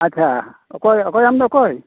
ᱟᱪᱪᱷᱟ ᱚᱠᱚᱭ ᱚᱠᱚᱭ ᱟᱢᱫᱚ ᱚᱠᱚᱭ